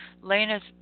Lena's